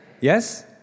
Yes